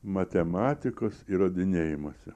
matematikos įrodinėjimuose